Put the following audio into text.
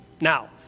Now